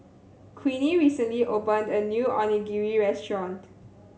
Queenie recently opened a new Onigiri Restaurant